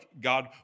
God